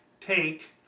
take